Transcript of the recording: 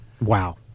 wow